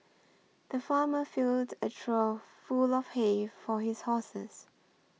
the farmer filled a trough full of hay for his horses